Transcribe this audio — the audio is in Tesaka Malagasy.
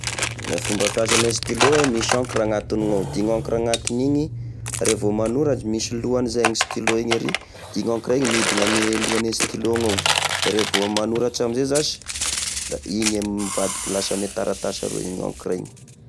E fomba fiasane stylo: misy encre agnatiny gnao; de igny encre agnatiny, revô manoratry misy lohany zay igny stylo igny ery, de igny encre midina ame lohany stylo gnao de revô manoratra amizay zasy, da igny e mivadika lasa ame taratasy aroa iny ancre iny.